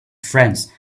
friends